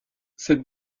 cette